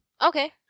Okay